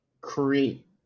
create